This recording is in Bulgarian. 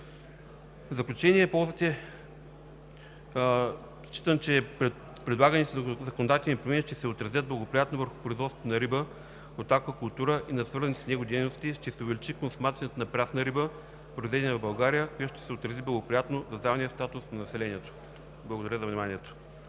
заключение, считам, че предлаганите законодателни промени ще се отразят благоприятно върху производството на риба от аквакултура и на свързаните с него дейности, и ще се увеличи консумацията на прясна риба, произведена в България, което ще се отрази благоприятно на здравния статус на населението. Благодаря за вниманието.